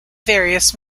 various